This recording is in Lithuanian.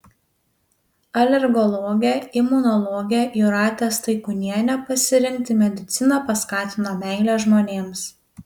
alergologę imunologę jūratę staikūnienę pasirinkti mediciną paskatino meilė žmonėms